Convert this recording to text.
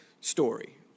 story